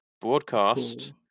broadcast